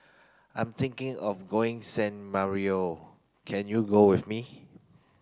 I'm thinking of going San Marino can you go with me